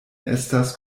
estas